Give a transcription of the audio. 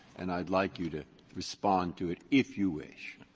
and i'd like you to respond to it, if you wish.